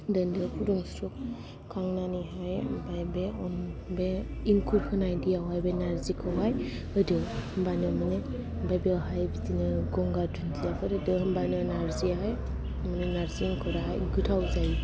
दोनदो फुदुंस्रो खांनानैहाय ओमफाय बे इंखुर होनाय दैआवहाय बे नार्जिखौ हाय होदो होनबानो मानि ओमफाय बेयावहाय बिदिनो गंगार दुनदिया फोर होदो होनबानो नार्जिआ हाय नार्जि इंखुरा गोथाव जायो